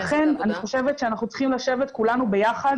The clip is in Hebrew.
לכן אני חושבת שאנחנו צריכים לשבת כולנו ביחד